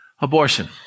Abortion